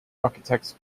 architects